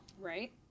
Right